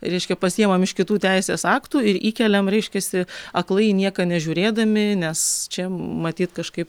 reiškia pasiimam iš kitų teisės aktų ir įkeliam reiškiasi aklai į nieką nežiūrėdami nes čia matyt kažkaip